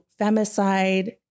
femicide